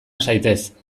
zaitez